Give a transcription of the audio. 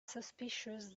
suspicious